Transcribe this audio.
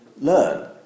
learn